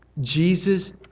Jesus